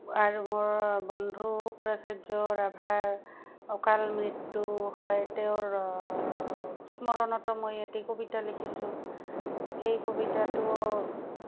আৰু মোৰ বন্ধু শুক্ৰাচাৰ্যৰ ৰাভাৰ অকাল মৃত্যু হয় তেওঁৰ স্মৰণত মই এটি কবিতা লিখিছোঁ সেই কবিতাটো